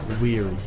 weary